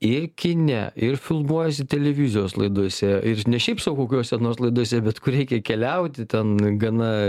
ir kine ir filmuojiesi televizijos laidose ir ne šiaip sau kokiose nors laidose bet kur reikia keliauti ten gana